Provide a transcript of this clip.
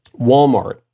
Walmart